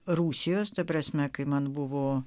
rusijos ta prasme kai man buvo